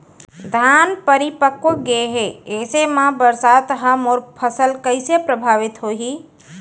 धान परिपक्व गेहे ऐसे म बरसात ह मोर फसल कइसे प्रभावित होही?